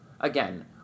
Again